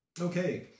Okay